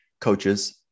coaches